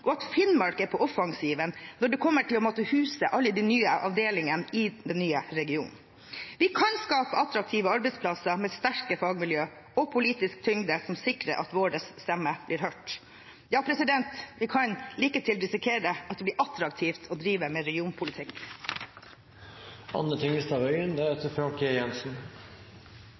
og at Finnmark er på offensiven når det kommer til å måtte huse alle de nye avdelingene i den nye regionen. Vi kan skape attraktive arbeidsplasser med sterke fagmiljøer – og politisk tyngde som sikrer at vår stemme blir hørt. Ja, vi kan til og med risikere at det blir attraktivt å drive med